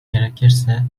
gerekirse